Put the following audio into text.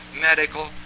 medical